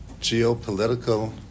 geopolitical